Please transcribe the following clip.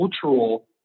cultural